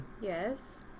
Yes